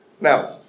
Now